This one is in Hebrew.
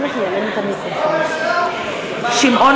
נגד שמעון